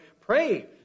Pray